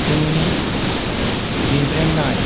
जोंनि गेब्रेंनाय